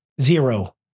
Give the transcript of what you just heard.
zero